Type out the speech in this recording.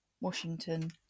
Washington